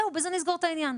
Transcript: זהו, בזה נסגור את העניין.